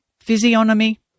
physiognomy